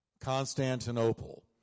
Constantinople